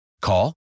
Call